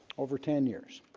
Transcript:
over ten years